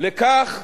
לכך